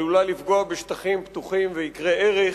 עלולה לפגוע בשטחים פתוחים ויקרי ערך,